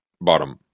Bottom